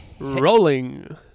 rolling